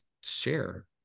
share